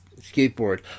skateboard